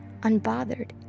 unbothered